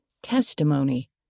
Testimony